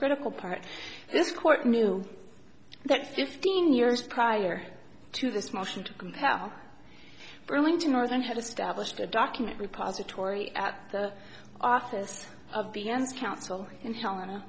critical part this court knew that fifteen years prior to this motion to compel burlington northern had established a document repository at the office of the end counsel in helena